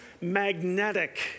magnetic